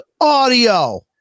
audio